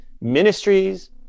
ministries